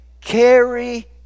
Carry